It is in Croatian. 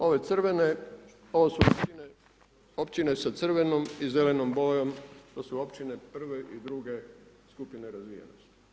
Ove crvene ovo su općine sa crvenom i zelenom bojom to su općine prve i druge skupine nerazvijenosti.